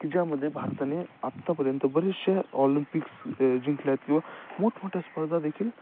की ज्यामध्ये भारताने आत्तापर्यंत बराचशा ऑलिंपिक्स जिंकल्या आहेत किंवा मोठमोठ्या स्पर्धादेखील